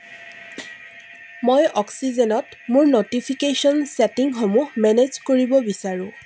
মই অক্সিজেনত মোৰ ন'টিফিকেশ্যন ছেটিংসমূহ মেনেজ কৰিব বিচাৰোঁ